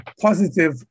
positive